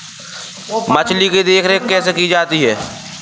मछली की देखरेख कैसे की जाती है?